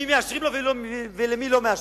מי מאשרים לו ולמי לא מאשרים.